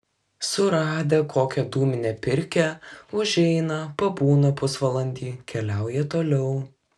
suradę kokią dūminę pirkią užeina pabūna pusvalandį keliauja toliau